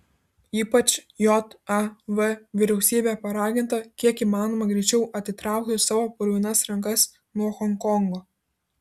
ypač jav vyriausybė paraginta kiek įmanoma greičiau atitraukti savo purvinas rankas nuo honkongo